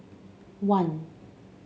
one